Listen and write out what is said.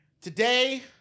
Today